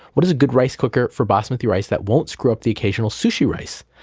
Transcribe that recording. what is a good rice cooker for basmati rice that won't screw up the occasional sushi rice?